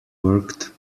worked